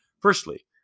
Firstly